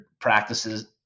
practices